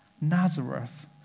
Nazareth